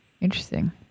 interesting